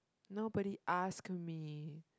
nobody ask me